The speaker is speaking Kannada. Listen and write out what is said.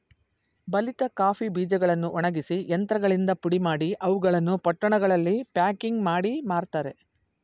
ಬಲಿತ ಕಾಫಿ ಬೀಜಗಳನ್ನು ಒಣಗಿಸಿ ಯಂತ್ರಗಳಿಂದ ಪುಡಿಮಾಡಿ, ಅವುಗಳನ್ನು ಪೊಟ್ಟಣಗಳಲ್ಲಿ ಪ್ಯಾಕಿಂಗ್ ಮಾಡಿ ಮಾರ್ತರೆ